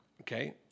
Okay